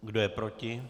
Kdo je proti?